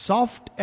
Soft